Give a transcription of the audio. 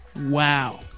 Wow